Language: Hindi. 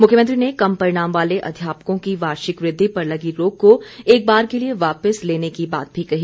मुख्यमंत्री ने कम परिणाम वाले अध्यापकों की वार्षिक वुद्धि पर लगी रोक को एक बार के लिए वापिस लेने की बात भी कही